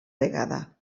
vegada